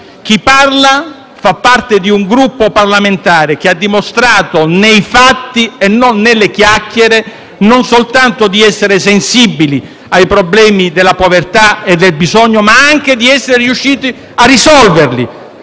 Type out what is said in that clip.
Chi parla fa parte di un Gruppo parlamentare che ha dimostrato, nei fatti e non con le chiacchiere, non soltanto di essere sensibile ai problemi della povertà e del bisogno, ma anche di essere riuscito a risolverli.